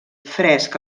fresc